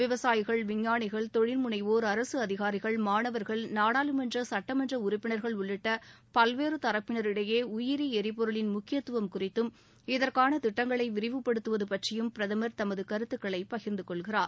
விவசாயிகள் விஞ்ஞானிகள் தொழில் முனைவோர் அரசு அதிகாரிகள் மாணவர்கள் நாடாளுமன்ற சட்டமன்ற உறுப்பினர்கள் உள்ளிட்ட பல்வேறு தரப்பினர் இடையே உயிரி எரிபொருளின் முக்கியத்துவம் திட்டங்களை விரிவுபடுத்துவது பற்றியும் பிரதமர் குறித்தும் இதற்கான தமது கருத்துக்களை பகிர்ந்துகொள்கிறார்